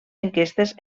enquestes